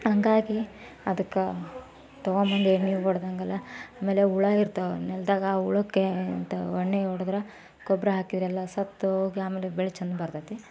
ಹಾಗಾಗಿ ಅದಕ್ಕೆ ತಗೊಂಡ್ಬಂದು ಎಣ್ಣೆ ಹೊಡ್ದಂಗೆಲ್ಲ ಆಮೇಲೆ ಹುಳು ಇರ್ತಾವೆ ನೆಲದಾಗೆ ಆ ಹುಳಕ್ಕೆ ಇಂಥವು ಎಣ್ಣೆ ಹೊಡ್ದ್ರೆ ಗೊಬ್ರ ಹಾಕಿದ್ರೆ ಎಲ್ಲ ಸತ್ತೋಗಿ ಆಮೇಲೆ ಬೆಳೆ ಚೆಂದ ಬರ್ತೈತೆ